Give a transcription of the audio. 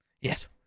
Yes